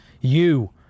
You